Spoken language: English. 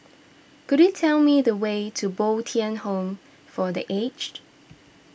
could you tell me the way to Bo Tien Home for the Aged